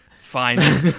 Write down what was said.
Fine